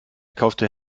kaufte